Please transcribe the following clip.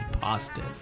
positive